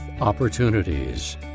opportunities